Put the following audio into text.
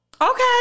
Okay